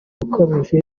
ukabije